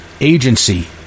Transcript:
agency